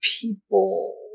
people